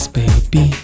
baby